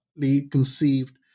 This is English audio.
conceived